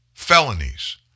Felonies